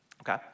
Okay